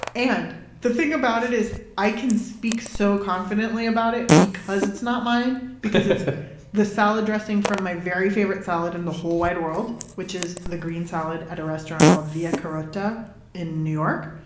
and the thing about it is i can speak so confidently about it because it's not mine, because it's ah the salad dressing from my very favorite salad in the whole wide world, which is the green salad at a restaurant called via carota in new york.